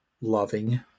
loving